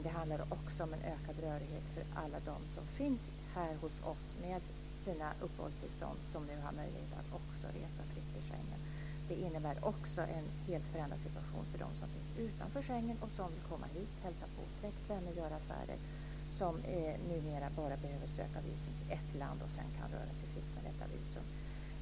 Det handlar också om en ökad rörlighet för alla dem som finns här hos oss med sina uppehållstillstånd, som nu har möjlighet att resa fritt i Det innebär också en helt förändrad situation för dem som finns utanför Schengenområdet och som vill komma hit, hälsa på släkt och vänner och göra affärer. De behöver numera bara söka visum till ett land, och sedan kan de röra sig fritt med detta visum.